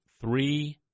three